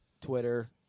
Twitter